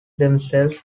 themselves